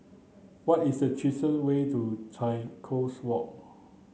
what is the cheapest way to Changi Coast Walk